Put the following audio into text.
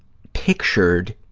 pictured